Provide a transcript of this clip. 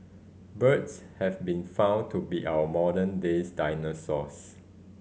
birds have been found to be our modern days dinosaurs